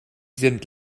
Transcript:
sind